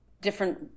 different